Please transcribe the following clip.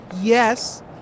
yes